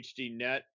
HDNet